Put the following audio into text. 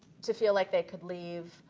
to feel like they could leave,